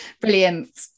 Brilliant